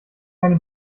keine